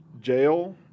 jail